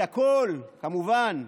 את הכול, כמובן,